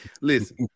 listen